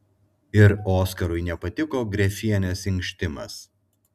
ir oskarui nepatiko grefienės inkštimas